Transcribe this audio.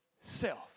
self